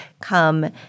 come